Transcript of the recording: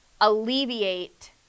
alleviate